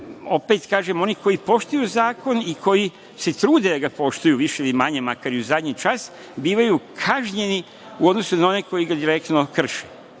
opet kažem, oni koji poštuju zakon i koji se trude da ga poštuju, više ili manje, makar i u zadnji čas, bivaju kažnjeni u odnosu na one koji ga direktno krše.